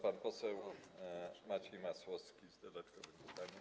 Pan poseł Maciej Masłowski z dodatkowym pytaniem.